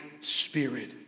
spirit